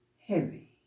heavy